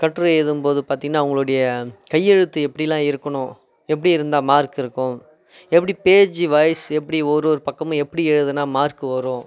கட்டுரை எழுதும் போது பார்த்திங்கன்னா அவங்களுடைய கையெழுத்து எப்படிலாம் இருக்கணும் எப்படி இருந்தால் மார்க்கு இருக்கும் எப்படி பேஜூவைஸ் எப்படி ஒருவொரு பக்கமும் எப்படி எழுதினா மார்க்கு வரும்